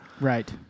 Right